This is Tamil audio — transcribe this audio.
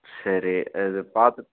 சரி அது பாத்துட்டு